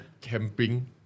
camping